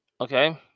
okay